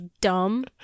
dumb